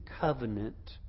Covenant